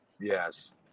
Yes